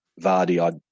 Vardy